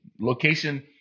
Location